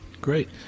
Great